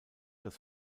das